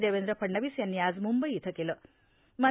देवेंद्र फडणवीस यांनी आज मुंबई इथं केलं आहे